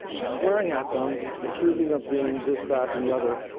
swearing at them, accusing of being this, that, and the other,